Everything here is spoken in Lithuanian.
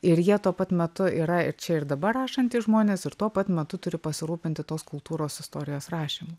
ir jie tuo pat metu yra ir čia ir dabar rašantys žmonės ir tuo pat metu turi pasirūpinti tos kultūros istorijos rašymu